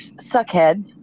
suckhead